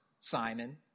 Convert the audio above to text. Simon